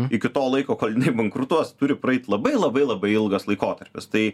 iki to laiko kol jinai bankrutuos turi praeiti labai labai labai ilgas laikotarpis tai